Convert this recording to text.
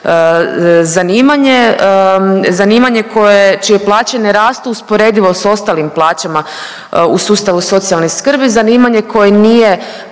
zanimanje koje, čije plaće ne rastu usporedivo s ostalim plaćama u sustavu socijalne skrbi, zanimanje koje nije